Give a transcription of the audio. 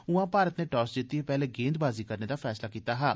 ऊआं मारत नै टॉस जित्तिए पैह्ले गेंदबाजी कराने दा फैसला कीता हा